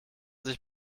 sich